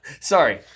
Sorry